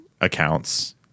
accounts